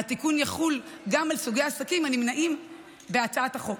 התיקון יחול גם על סוגי העסקים הנמנים בהצעת החוק,